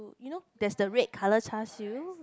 you know there's the red colour char siew